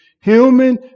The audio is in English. human